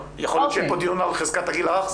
יכול להיות שיהיה פה דיון על חזקת הגיל הרך,